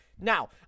now